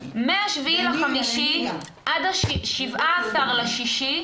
מה-7.5 עד ה-17.6,